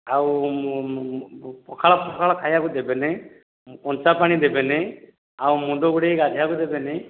ଆଉ ପଖାଳ ଫଖାଳ ଖାଇବାକୁ ଦେବେନି କଞ୍ଚା ପାଣି ଦେବେନି ଆଉ ମୁଣ୍ଡ ଧୋଇ ଗାଧେଇବାକୁ ଦେବେ ନାଇଁ